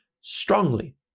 strongly